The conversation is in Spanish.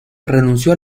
renunció